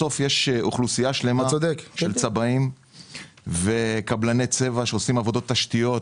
בסוף יש אוכלוסייה שלמה של צבעים וקבלני צבע שעושים עבודות תשתיות,